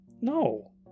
No